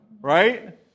right